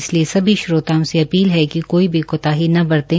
इसलिए सभी श्रोताओं से अपील है कि कोई भी कोताही न बरतें